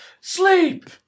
sleep